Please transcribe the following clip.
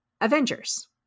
Avengers